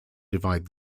divide